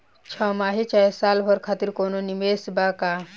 छमाही चाहे साल भर खातिर कौनों निवेश बा का?